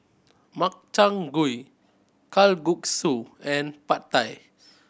Makchang Gui Kalguksu and Pad Thai